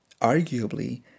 arguably